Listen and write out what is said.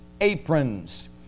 aprons